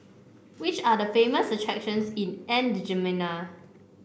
which are the famous attractions in N'Djamena